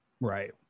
Right